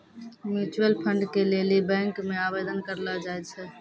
mutual fund के लेली bank मे आवेदन करलो जाय छै